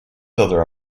other